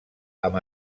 amb